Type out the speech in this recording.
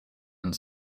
and